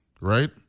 right